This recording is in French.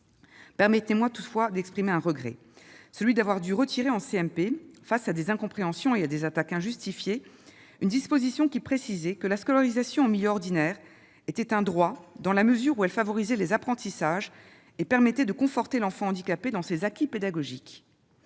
Permettez-moi toutefois d'exprimer un regret : celui d'avoir dû retirer, en CMP, face à des incompréhensions et à des attaques injustifiées, une disposition qui précisait que la scolarisation en milieu ordinaire était un droit, dans la mesure où elle favorisait les apprentissages et permettait de conforter l'enfant handicapé dans ses acquis pédagogiques.